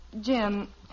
Jim